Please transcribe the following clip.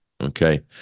Okay